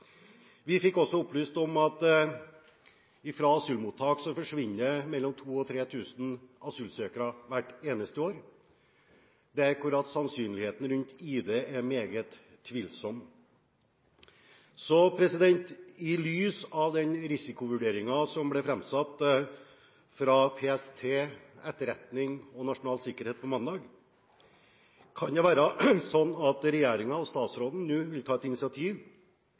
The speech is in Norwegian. Vi fikk også opplyst at fra asylmottak forsvinner det mellom 2 000 og 3 000 asylsøkere hvert eneste år, der sannsynligheten rundt ID er meget tvilsom. I lys av den risikovurderingen som ble framsatt fra PST, Etterretningstjenesten og Nasjonal sikkerhetsmyndighet på mandag, kan det være sånn at regjeringen og statsråden nå vil ta et initiativ